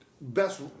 Best